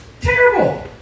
Terrible